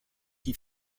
qui